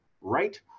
right